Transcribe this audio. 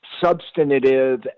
substantive